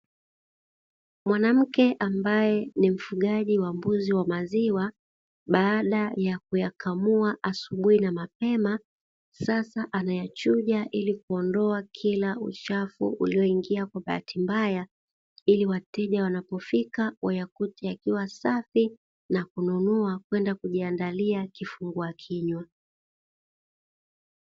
Mwanamke ambaye ni mfugaji wa mbuzi wa maziwa baada ya kuyakamua asubuhi na mapema, sasa anayachuja ili kuondoa kila uchafu ulioingia kwa bahati mbaya, ili wateja wanapofika wayakute yakiwa safi na kuyanunua na kwenda kuyaandalia kifungua kinywa.